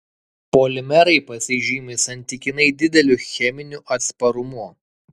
polimerai pasižymi santykinai dideliu cheminiu atsparumu